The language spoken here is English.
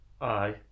Aye